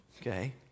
okay